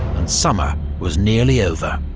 and summer was nearly over.